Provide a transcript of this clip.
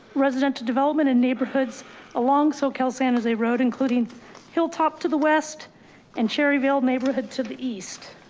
resident to development in neighborhoods along. so cal san jose road, including hilltop to the west and cherryville neighborhood to the east.